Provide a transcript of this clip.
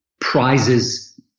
prizes